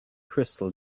crystal